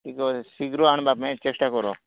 ଟିକେ ଶୀଘ୍ର ଆଣିବା ପାଇଁ ଚେଷ୍ଟା କର